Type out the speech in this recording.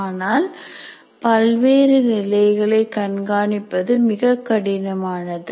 ஆனால் பல்வேறு நிலைகளை கண்காணிப்பது மிகக் கடினமானது